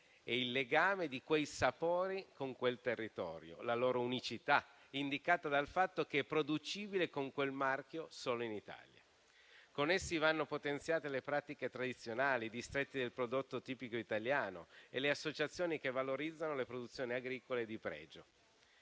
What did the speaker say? il legame di quei sapori con il territorio e la loro unicità, indicata dal fatto che quel marchio è producibile solo in Italia. Con essi, vanno potenziate le pratiche tradizionali, i distretti del prodotto tipico italiano e le associazioni che valorizzano le produzioni agricole di pregio.